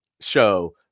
show